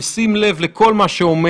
מה היה אז?